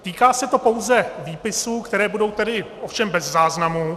Týká se to pouze výpisů, které budou tedy ovšem bez záznamu.